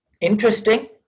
interesting